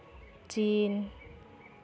ᱪᱤᱱ